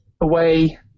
away